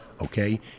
okay